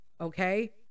Okay